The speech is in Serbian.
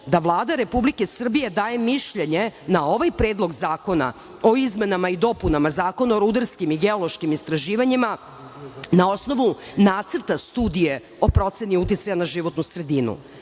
da Vlada Republike Srbije daje mišljenje na ovaj Predlog zakona o izmenama i dopunama Zakona o rudarskim i geološkim istraživanjima na osnovu nacrta studije o proceni uticaja na životnu sredinu?